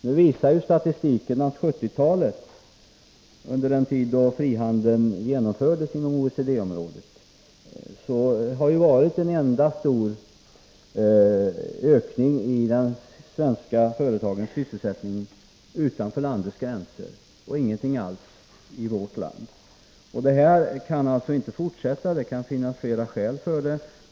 Nu visar statistiken att 1970 talet — den tid då frihandeln genomfördes i OECD-området — har betytt en enda stor ökning av de svenska företagens sysselsättning utanför landets gränser och ingenting alls i vårt land. Detta kan alltså inte fortsätta; det kan finnas flera skäl för det.